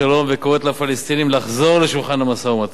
וקוראת לפלסטינים לחזור לשולחן המשא-ומתן.